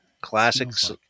classics